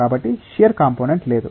కాబట్టి shear component లేదు